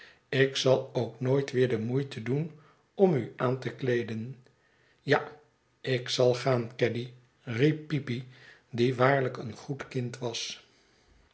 ik zal ook nooit weer de moeite doen om u aan te kleeden ja ik zal gaan caddy riep peepy die waarlijk een goed kind was